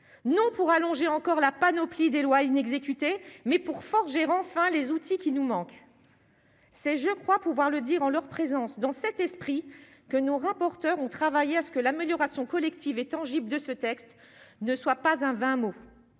non pour allonger encore la panoplie des lois in exécuté mais pour forger enfin les outils qui nous manque, c'est, je crois pouvoir le dire, en leur présence dans cet esprit que nous rapporteurs ont travaillé à ce que l'amélioration collective et tangible de ce texte ne soit pas un vain mot,